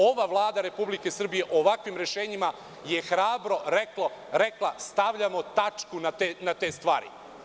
Ova Vlada Republike Srbije, ovakvim rešenjima je hrabra rekla stavljamo tačku na te stvari.